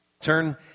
Turn